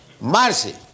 mercy